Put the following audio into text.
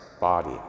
body